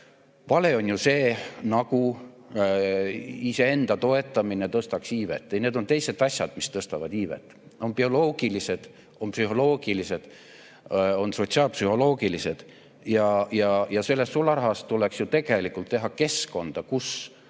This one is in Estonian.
Vale on ju see, nagu iseenda toetamine tõstaks iivet. Ei, need on teised asjad, mis tõstavad iivet, on bioloogilised, psühholoogilised ja sotsiaalpsühholoogilised [tegurid]. Sellest sularahast tuleks tegelikult [toetada] keskkonda, kus